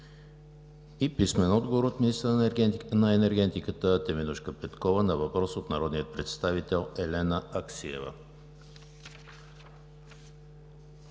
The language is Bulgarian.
Христова; - министъра на енергетиката Теменужка Петкова на въпрос от народния представител Елена Аксиева.